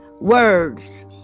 Words